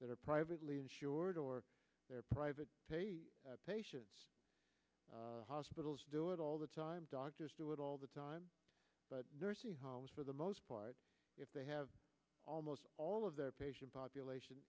that are privately insured or their private patient hospitals do it all the time doctors do it all the time but nursing homes for the most part if they have almost all of their patient population